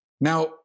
Now